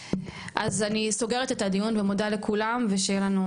אז אני סוגרת את הדיון ומודה לכולם, ושיהיה לנו